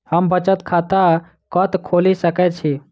हम बचत खाता कतऽ खोलि सकै छी?